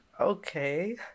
Okay